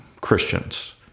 christians